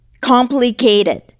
complicated